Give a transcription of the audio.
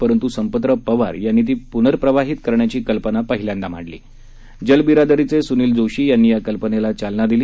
परंतु संपतराव पवार यांनी ती पुनर्प्रवाहित करण्याची कल्पना प्रथम मांडली जलबिरादरीचे सुनील जोशी यांनी या कल्पनेला चालना दिली